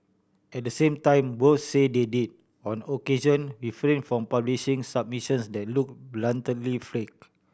at the same time both say they did on occasion refrain from publishing submissions that look blatantly fake